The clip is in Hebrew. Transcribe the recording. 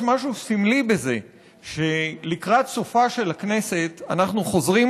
יש משהו סמלי בזה שלקראת סופה של הכנסת אנחנו חוזרים